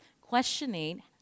questioning